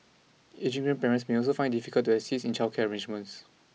ageing grandparents may also find difficult to assist in childcare arrangements